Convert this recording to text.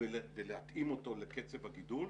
ולהתאים אותו לקצב הגידול,